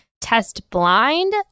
test-blind